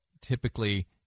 typically